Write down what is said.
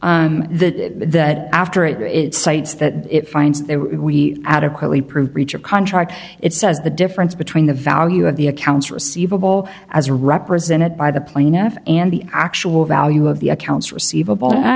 found that after it's sites that it finds that we adequately prove breach of contract it says the difference between the value of the accounts receivable as represented by the plaintiff and the actual value of the accounts receivable i